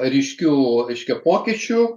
ryškių reiškia pokyčių